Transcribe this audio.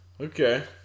Okay